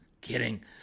Kidding